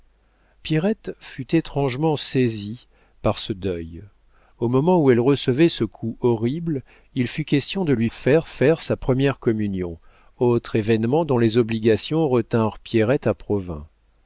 pierrette fut étrangement saisie par ce deuil au moment où elle recevait ce coup horrible il fut question de lui faire faire sa première communion autre événement dont les obligations retinrent pierrette à